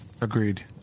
Agreed